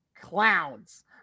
Clowns